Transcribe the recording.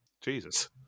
Jesus